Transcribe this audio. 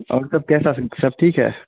اور سب کیسا سب ٹھیک ہے